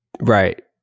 Right